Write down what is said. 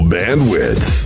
bandwidth